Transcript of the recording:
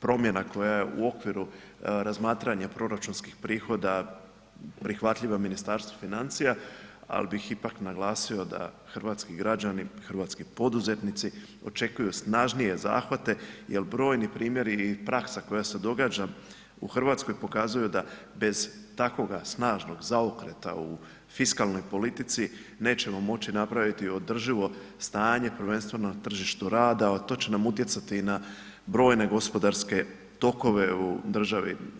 promjena koja je u okviru razmatranja proračunskih prihoda prihvatljiva Ministarstvu financija, ali bih ipak naglasio da hrvatski građani i hrvatski poduzetnici očekuju snažnije zahvate jer brojni primjeri i praksa koja se događa u Hrvatskoj pokazuju da bez takvoga snažnog zaokreta u fiskalnoj politici nećemo moći napraviti održivo stanje prvenstveno na tržištu rada, a to će nam utjecati i na brojne gospodarske tokove u državi.